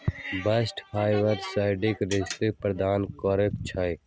bast fibre डांरके शक्ति प्रदान करइ छै